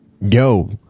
Yo